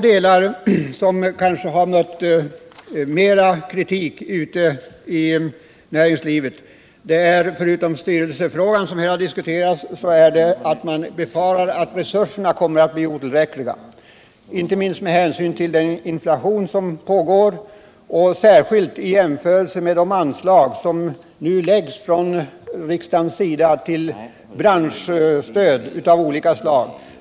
Något som mött mer kritik ute i näringslivet är — förutom styrelse frågan, som diskuterats här — att resurserna befaras bli otillräckliga, inte Nr 56 minst med hänsyn till inflationen och särskilt i jämförelse med de anslag som riksdagen nu anvisar för branschstöd av olika slag.